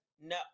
No